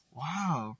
wow